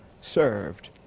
served